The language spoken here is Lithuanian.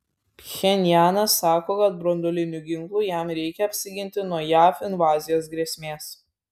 pchenjanas sako kad branduolinių ginklų jam reikia apsiginti nuo jav invazijos grėsmės